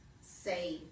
say